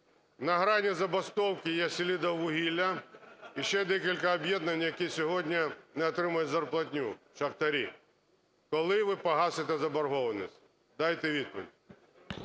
На грані забастовки є "Селидіввугілля" і ще декілька об'єднань, які сьогодні не отримують зарплатню, шахтарі. Коли ви погасите заборгованість? Дайте відповідь.